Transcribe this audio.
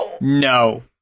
no